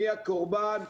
מי הקורבן,